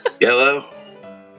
Yellow